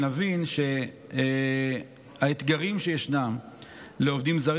כדי שנבין שהאתגרים שיש לעובדים זרים